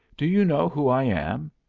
do you know who i am?